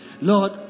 Lord